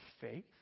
faith